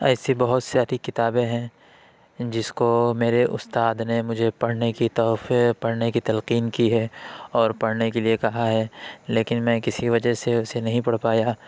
ایسی بہت ساری کتابیں ہیں جس کو میرے استاد نے مجھے پڑھنے کی تحفے پڑھنے کی تلقین کی ہے اور پڑھنے کے لیے کہا ہے لیکن میں کسی وجہ سے اسے نہیں پڑھ پایا